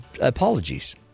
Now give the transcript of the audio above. apologies